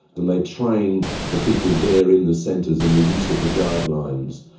then they train the people there in the centres in the use of the guidelines.